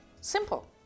Simple